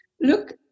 Look